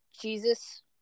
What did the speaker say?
Jesus